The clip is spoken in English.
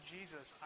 Jesus